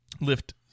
Lift